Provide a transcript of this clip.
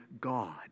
God